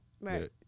Right